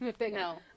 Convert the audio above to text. no